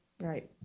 right